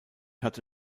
hatte